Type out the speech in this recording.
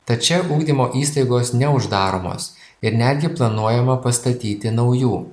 tad čia ugdymo įstaigos neuždaromos ir netgi planuojama pastatyti naujų